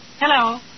Hello